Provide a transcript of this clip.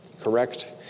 Correct